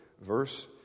Verse